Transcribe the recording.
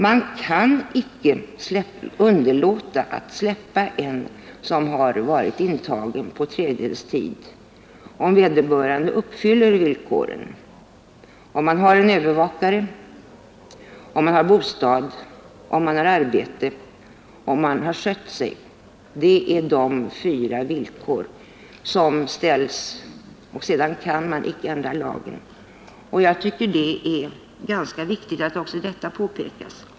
Man kan icke underlåta att släppa en som har varit intagen på två tredjedelstid, om vederbörande uppfyller villkoren för frigivning: Om han har en övervakare, om han har bostad, om han har arbete och om han har skött sig. Man kan inte ändra lagen. Det är ganska viktigt att också detta påpekas.